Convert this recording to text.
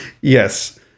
yes